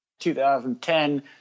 2010